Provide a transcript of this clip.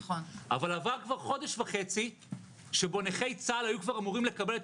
אבל עבר כבר חודש וחצי שבו נכי צה"ל היו כבר אמורים לקבל מה